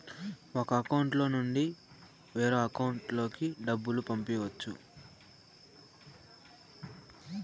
ఒక అకౌంట్ నుండి వేరొక అకౌంట్ లోకి డబ్బులు పంపించవచ్చు